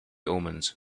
omens